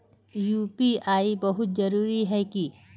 UPI बहुत जरूरी है की?